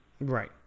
Right